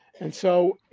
and so,